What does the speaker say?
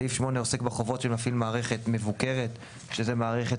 סעיף 8 עוסק בחובות שמפעיל מערכת מבוקרת שזו מערכת